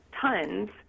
tons